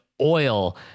oil